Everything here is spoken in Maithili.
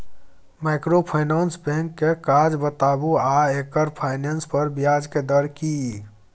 माइक्रोफाइनेंस बैंक के काज बताबू आ एकर फाइनेंस पर ब्याज के दर की इ?